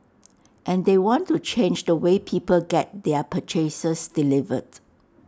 and they want to change the way people get their purchases delivered